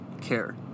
care